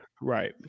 right